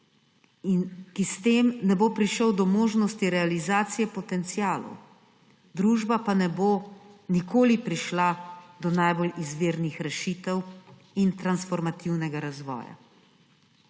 ki s tem ne bodo prišli do možnosti realizacije potencialov, družba pa ne bo nikoli prišla do najbolj izvirnih rešitev in transformativnega razvoja.